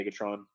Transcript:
Megatron